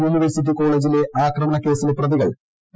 university കോളേജിലെ ആക്രമണ കേസിലെ പ്രതികൾ പി